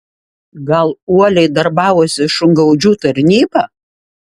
gal uoliai darbavosi šungaudžių tarnyba